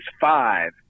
five